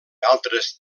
altres